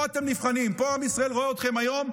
פה אתם נבחנים, פה עם ישראל רואה אתכם היום,